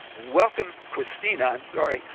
welcome, kristina, i'm sorry,